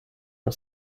and